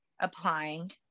applying